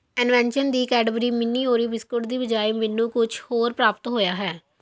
ਐਨਵੈਸ਼ਨ ਦੇ Cadbury mini Oreo biscuit ਦੀ ਬਜਾਏ ਮੈਨੂੰ ਕੁਛ ਹੋਰ ਪ੍ਰਾਪਤ ਹੋਇਆ ਹੈ